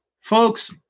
Folks